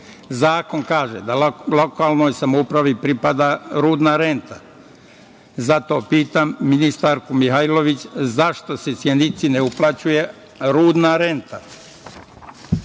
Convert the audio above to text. Zakon kaže da lokalnoj samoupravi pripada rudna renta. Zato pitam ministarku Mihajlović - zašto– se Sjenici ne uplaćuje rudna